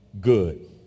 good